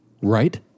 right